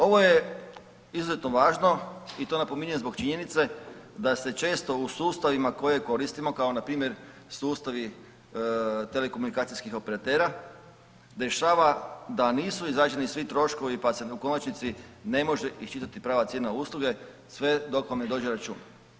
Ovo je izuzetno važno i to napominjem zbog činjenice da se često u sustavima koje koristimo kao npr. sustavi telekomunikacijskih operatera dešava da nisu izrađeni svi troškovi pa se u konačnici ne može iščitati prava cijena usluge sve dok vam ne dođe račun.